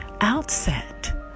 outset